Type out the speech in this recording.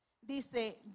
Dice